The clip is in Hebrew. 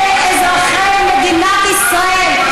אלה אזרחי מדינת ישראל,